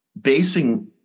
basing